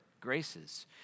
graces